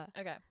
Okay